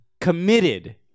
committed